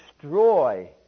destroy